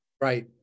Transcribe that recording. right